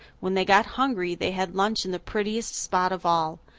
when they got hungry they had lunch in the prettiest spot of all.